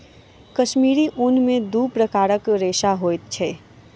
कश्मीरी ऊन में दू प्रकारक रेशा होइत अछि